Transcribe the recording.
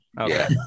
Okay